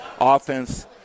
offense